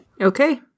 Okay